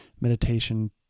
meditation